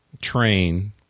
Train